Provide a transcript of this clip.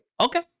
okay